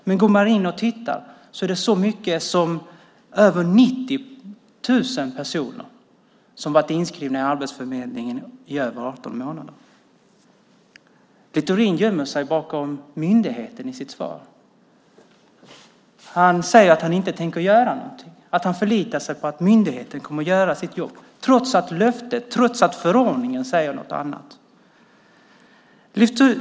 Men det är så mycket som över 90 000 personer som har varit inskrivna i Arbetsförmedlingen i över 18 månader. Littorin gömmer sig bakom myndigheten i sitt svar. Han säger att han inte tänker göra något, att han förlitar sig på att myndigheten kommer att göra sitt jobb, trots att förordningen säger något annat.